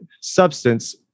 substance